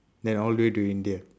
then all the way to india